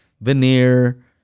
veneer